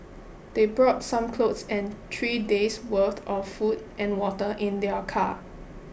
they brought some clothes and three days' worth of food and water in their car